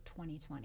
2020